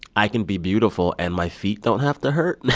i can be beautiful, and my feet don't have to hurt